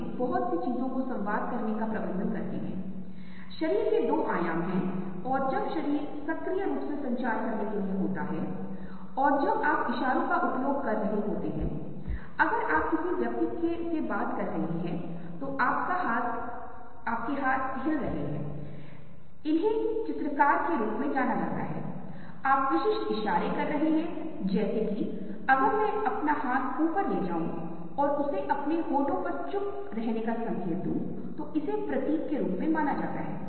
यह बहुत बार जिस तरह से हम चीजों को स्कैन करते हैं और यह याद रखना महत्वपूर्ण है क्योंकि क्या इसका विज्ञापन या होर्डिंग या प्रस्तुति जिसे हम बना रहे हैं यदि आप इसे महसूस करते हैं तो आपको एहसास होगा कि इसके आधार पर आप इसे डिजाइन कर सकते हैं इस तरह से कि छवि को या तो बाएं हाथ की तरफ या दाहिने हाथ की तरफ रखा जा सकता है इस पर निर्भर करता है कि आप वास्तव में उस व्यक्ति को चाहते हैं जो आपके दर्शकों को पहली बार देखना चाहता है